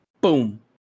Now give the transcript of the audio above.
boom